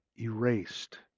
erased